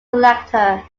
collector